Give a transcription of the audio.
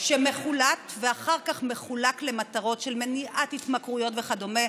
שמחולט ואחר כך מחולק למטרות של מניעת התמכרויות וכדומה.